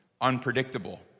unpredictable